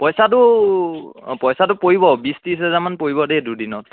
পইচাটো অঁ পইচাটো পৰিব দেই বিছ ত্ৰিছ হেজাৰ মান পৰিব দুদিনত